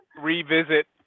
revisit